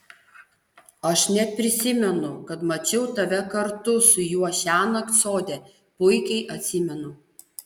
aš net prisimenu kad mačiau tave kartu su juo šiąnakt sode puikiai atsimenu